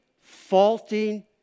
faulting